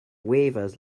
waivers